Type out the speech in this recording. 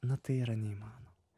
na tai yra neįmanoma